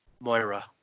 Moira